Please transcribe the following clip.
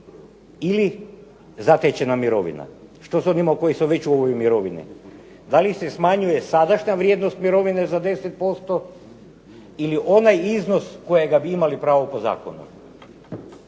ili zatečena mirovina. Što s onima koji su već u ovoj mirovini? Da li se smanjuje sadašnja vrijednost mirovine za 10% ili onaj iznos kojega bi imali pravo po zakonu?